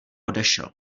odešel